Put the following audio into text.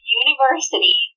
university